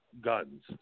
guns